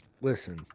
Listen